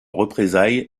représailles